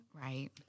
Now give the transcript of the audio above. Right